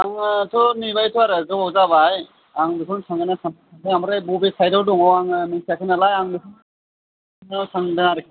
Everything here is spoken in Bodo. आङोथ' नेबायथ' आरो गोबाव जाबाय आं बेखौनो थाङो ना थाङा आमफ्राय बबे साइडाव दङ आङो मिन्थियासै नालाय आं थांनो सानबाय आरखि